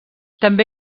també